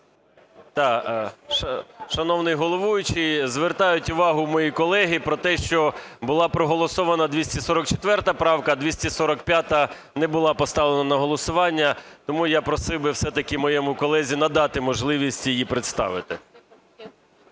Ю.О. Шановний головуючий, звертають увагу мої колеги про те, що була проголосована 244 правка, а 245-а не була поставлена на голосування. Тому я просив би все-таки моєму колезі надати можливість її представити